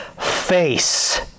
face